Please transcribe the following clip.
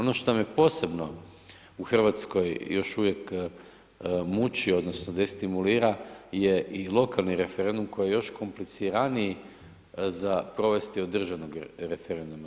Ono što me posebno u Hrvatskoj još uvijek muči odnosno destimulira je i lokalni referendum koji je još kompliciraniji za provesti od državnog referenduma.